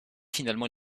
finalement